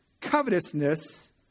covetousness